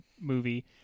movie